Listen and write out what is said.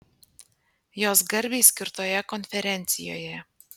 jos garbei skirtoje konferencijoje